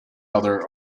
other